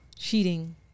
Cheating